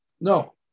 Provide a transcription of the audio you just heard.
No